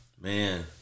Man